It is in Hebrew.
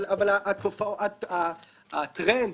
אבל הטרנד,